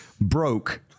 broke